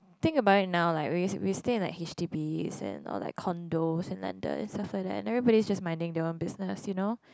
think about it now like we we stay in like H_D_Bs and all like condos and landed and stuff like that and everybody just minding their own business you know